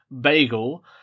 Bagel